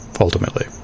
Ultimately